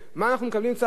צהרונים לכולם.